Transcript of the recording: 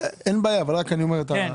בסדר.